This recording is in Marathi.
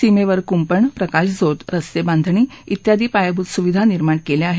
सीमेवर कुंपण प्रकाशझोत स्स्तेबांधणी विवादी पायाभूत सुविधा निर्माण केल्या आहेत